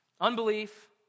Unbelief